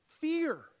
Fear